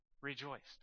rejoiced